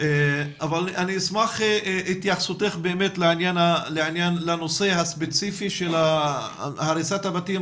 אבל אני אשמח את התייחסותך לנושא הספציפי של הריסת הבתים,